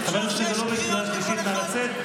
אפשר שש קריאות לכל אחד?